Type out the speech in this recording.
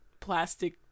plastic